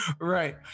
Right